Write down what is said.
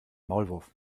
maulwurf